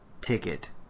ticket